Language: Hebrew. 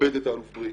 מכבד את האלוף בריק,